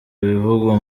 ibivugwa